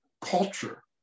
culture